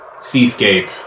seascape